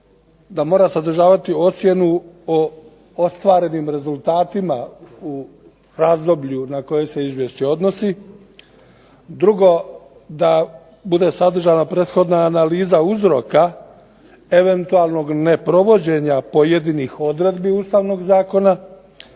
da mora sadržavati ocjenu o ostvarenim rezultatima u razdoblju na koje se izvješće odnosi. Drugo, da bude sadržana prethodna analiza uzroka eventualnog neprovođenja pojedinih odredbi Ustavnog zakona